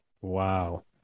Wow